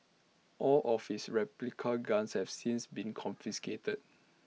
all of his replica guns have since been confiscated